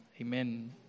Amen